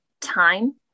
time